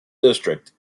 district